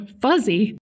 fuzzy